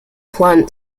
plant